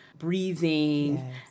breathing